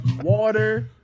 water